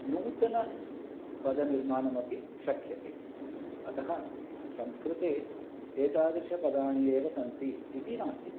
नूतन पदनिर्माणमपि शक्यते अतः संस्कृते एतादृश पदानि एव सन्ति इति नास्ति